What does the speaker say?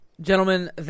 Gentlemen